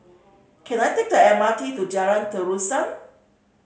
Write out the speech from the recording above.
can I take the M R T to Jalan Terusan